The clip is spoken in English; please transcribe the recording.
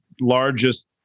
largest